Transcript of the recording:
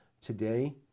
today